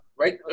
right